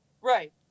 right